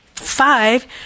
Five